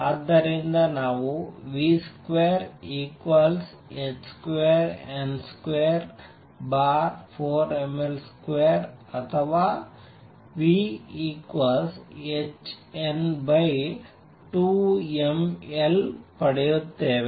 ಆದ್ದರಿಂದ ನಾವು v2h2n24mL2 ಅಥವಾ v ಪಡೆಯುತ್ತೇವೆ